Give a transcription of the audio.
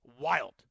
wild